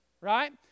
right